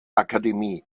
akademie